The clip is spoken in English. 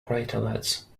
craterlets